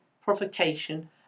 provocation